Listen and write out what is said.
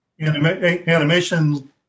animation